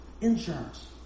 Insurance